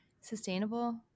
sustainable